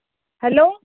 hello